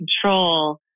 control